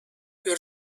your